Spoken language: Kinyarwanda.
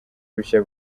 bushya